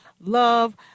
love